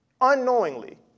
unknowingly